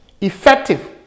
effective